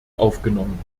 aufgenommen